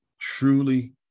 truly